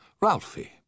Ralphie